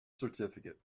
certificate